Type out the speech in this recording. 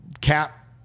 cap